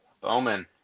Bowman